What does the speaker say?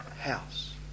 house